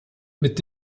mit